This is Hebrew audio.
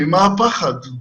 ממה הפחד?